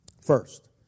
First